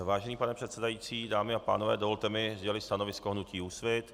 Vážený pane předsedající, dámy a pánové, dovolte mi sdělit stanovisko hnutí Úsvit.